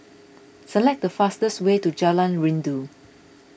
select the fastest way to Jalan Rindu